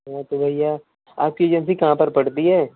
हाँ तो भैया आपकी एजेंसी कहाँ पर पड़ती है